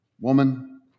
Woman